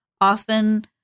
often